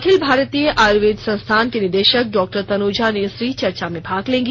अखिल भारतीय आयुर्वेद संस्थान की निदेशक डॉक्टर तनुजा नेसरी चर्चा में भाग लेंगी